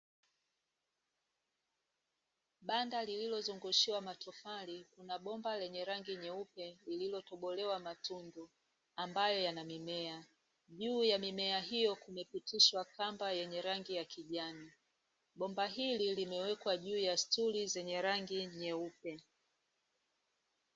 Banda lililozungushiwa matofali, kuna bomba lenye rangi nyeupe lililotobolewa matundu ambayo yana mimea. Juu ya mimea hio kumepitishwa kamba yenye rangi ya kijani bomba hili limewekwa juu ya stuli zenye rangi nyeupe.